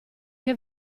che